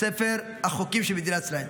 ספר החוקים של מדינת ישראל.